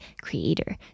creator